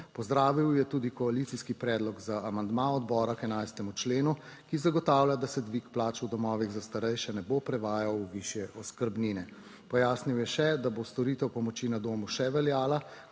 Pozdravil je tudi koalicijski predlog za amandma odbora k 11. členu, ki zagotavlja, da se dvig plač v domovih za starejše ne bo prevajal v višje oskrbnine. Pojasnil je še, da bo storitev pomoči na domu še veljala,